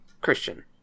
Christian